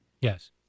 Yes